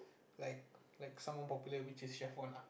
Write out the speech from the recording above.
like like someone popular which is chef one ah